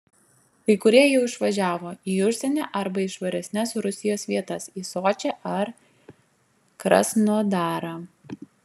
kai kurie jau išvažiavo į užsienį arba į švaresnes rusijos vietas į sočį ar krasnodarą